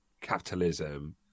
capitalism